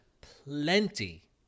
plenty